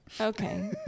Okay